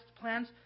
plans